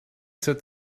seit